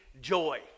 joy